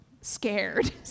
scared